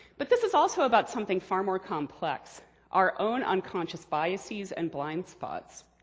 but this is also about something far more complex our own unconscious biases and blind spots.